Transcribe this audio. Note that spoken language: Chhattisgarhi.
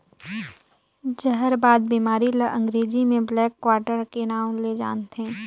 जहरबाद बेमारी ल अंगरेजी में ब्लैक क्वार्टर के नांव ले जानथे